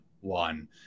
one